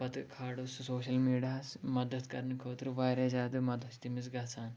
پَتہٕ کھالو سُہ سوشَل میٖڈیاہَس مَدَتھ کَرنہٕ خٲطرٕ واریاہ زیادٕ مَدَتھ چھِ تٔمِس گَژھان